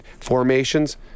formations